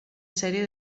sèrie